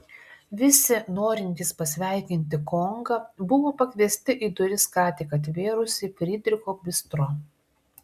visi norintys pasveikinti kongą buvo pakviesti į duris ką tik atvėrusį frydricho bistro